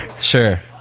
Sure